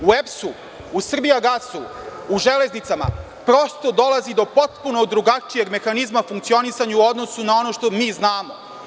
U EPS-u, u „Srbijagasu“, u „Železnicama“, prosto dolazi do potpuno drugačijeg mehanizma funkcionisanja u odnosu na ono što mi znamo.